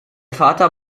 vater